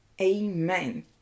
Amen